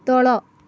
ତଳ